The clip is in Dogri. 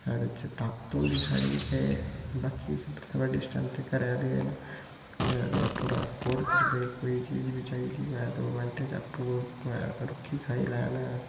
साढ़े च ताकत होंदी साढ़ी ते बाकी सब तूं बड्डी स्ट्रेंथ घरै आह्ले न घरै आह्ले पूरा स्पोर्ट करदे कोई चीज़ बी चाहिदी होए दो मैंट्टें च आपूं भाएं रुक्खी खाई लैन